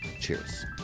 cheers